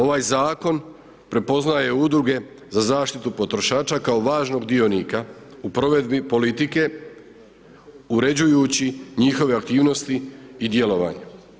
Ovaj zakon prepoznaju udruge za zaštitu potrošača kao važnog dionika u provedbi politike, uređujući njihove aktivnosti, i djelovanje.